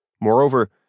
Moreover